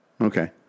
Okay